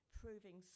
proving